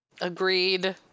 Agreed